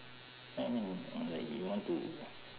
I mean like you want to